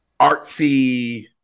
artsy